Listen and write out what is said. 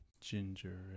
Ginger